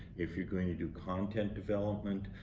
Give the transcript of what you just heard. if you're going to do content development,